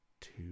two